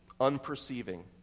unperceiving